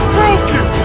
broken